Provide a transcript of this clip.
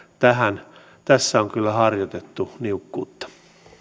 tässä on kyllä harjoitettu niukkuutta